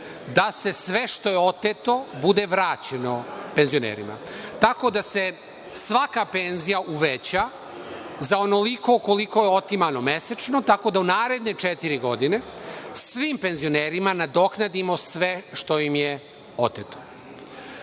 da se sve što je oteto, bude vraćeno penzionerima, tako da se svaka penzija uveća za onoliko koliko je otimano mesečno, tako da u naredne četiri godine, svim penzionerima nadoknadimo sve što im je oteto. Iz